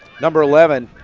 number eleven,